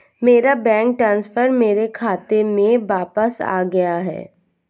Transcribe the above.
मेरा fund transfer मेरे खाते में वापस आ गया है